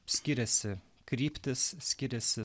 skiriasi kryptys skiriasi